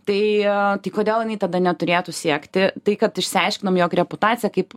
tai tai kodėl jinai tada neturėtų siekti tai kad išsiaiškinom jog reputacija kaip